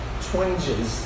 twinges